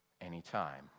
anytime